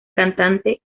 cantante